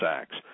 acts